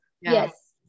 yes